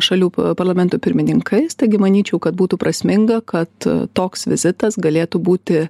šalių parlamentų pirmininkais taigi manyčiau kad būtų prasminga kad toks vizitas galėtų būti